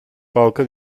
balkan